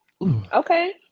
Okay